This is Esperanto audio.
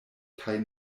kaj